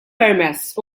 permess